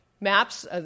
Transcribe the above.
maps